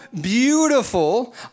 beautiful